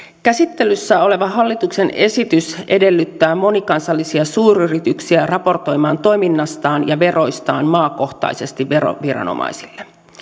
käsittelyssä oleva hallituksen esitys edellyttää monikansallisia suuryrityksiä raportoimaan toiminnastaan ja veroistaan maakohtaisesti veroviranomaisille